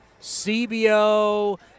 CBO